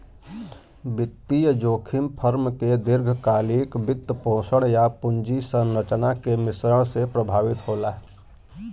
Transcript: वित्तीय जोखिम फर्म के दीर्घकालिक वित्तपोषण, या पूंजी संरचना के मिश्रण से प्रभावित होला